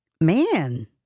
man